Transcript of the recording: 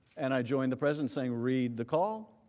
and i joined the president saying read the call,